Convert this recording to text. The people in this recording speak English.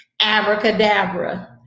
Abracadabra